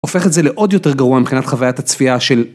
הופך את זה לעוד יותר גרוע מבחינת חוויית הצפייה של..